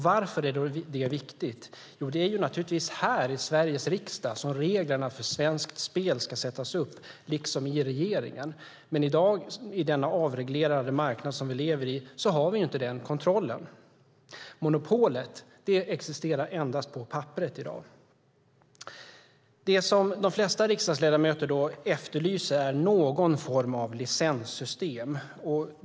Varför är det viktigt? Jo, det är här i Sveriges riksdag och i regeringen som reglerna för svenskt spel ska sättas upp. I den avreglerade marknad som vi lever i har vi inte den kontrollen. Monopolet existerar endast på papperet. Det som de flesta riksdagsledamöter efterlyser är någon form av licenssystem.